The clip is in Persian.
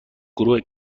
گروه